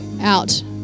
out